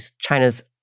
China's